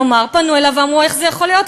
כלומר, פנו אליו ואמרו: איך זה יכול להיות?